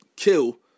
Kill